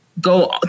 go